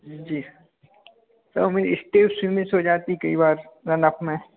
जी sir sir मेरी steps भी miss हो जाती है कई बार रन अप में